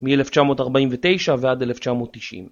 מ-1949 ועד 1990